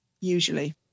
usually